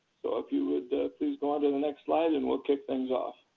so if you would please go on to the next slide and we'll kick things off.